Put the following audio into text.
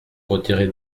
retirez